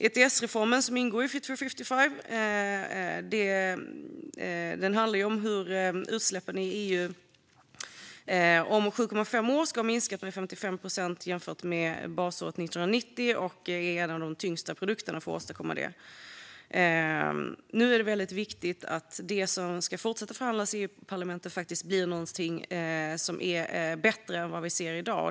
ETS-reformen, som ingår i Fit for 55, handlar om hur utsläppen i EU om sju och ett halvt år ska ha minskat med 55 procent jämfört med basåret 1990 och är en av de tyngsta produkterna för att åstadkomma detta. Nu är det väldigt viktigt att det som ska fortsätta att förhandlas i Europaparlamentet faktiskt blir någonting som är bättre än vad vi ser i dag.